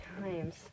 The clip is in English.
times